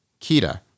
Kita